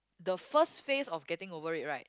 the first phase of getting over it right